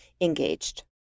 engaged